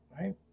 right